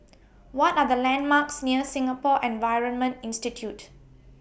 What Are The landmarks near Singapore Environment Institute